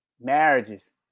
marriages